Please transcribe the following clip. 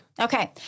Okay